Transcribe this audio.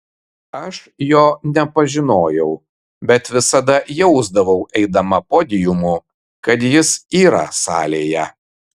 aš jo nepažinojau bet visada jausdavau eidama podiumu kad jis yra salėje